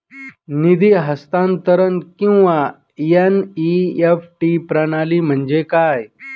निधी हस्तांतरण किंवा एन.ई.एफ.टी प्रणाली म्हणजे काय?